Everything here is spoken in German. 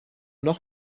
noch